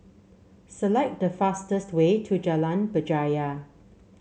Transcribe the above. select the fastest way to Jalan Berjaya